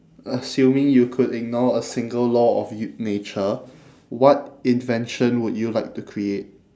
assuming you could ignore a single law of you~ nature what invention would you like to create